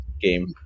game